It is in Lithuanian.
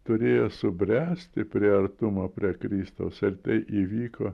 turėjo subręsti prie artumo prie kristaus ar tai įvyko